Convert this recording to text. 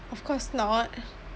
of course not